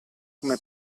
come